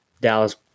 Dallas